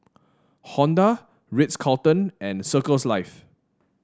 Honda Ritz Carlton and Circles Life